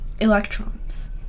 electrons